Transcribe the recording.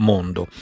Mondo